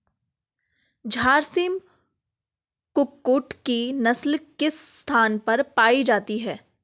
झारसिम कुक्कुट की नस्ल किस स्थान पर पाई जाती है?